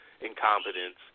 incompetence